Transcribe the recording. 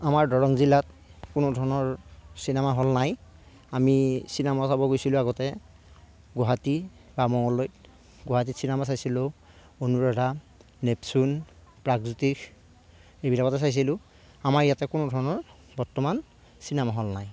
আমাৰ দৰং জিলাত কোনো ধৰণৰ চিনেমা হল নাই আমি চিনেমা চাব গৈছিলোঁ আগতে গুৱাহাটী বা মঙ্গলদৈত গুৱাহাটীত চিনেমা চাইছিলোঁ অনুৰাধা নেপচুন প্ৰাগজ্যোতিষ এইবিলাকতে চাইছিলোঁ আমাৰ ইয়াতে কোনো ধৰণৰ বৰ্তমান চিনেমা হল নাই